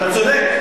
אתה צודק.